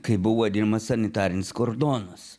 kai buvo vadinamas sanitarinis kordonas